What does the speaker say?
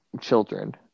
children